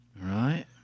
Right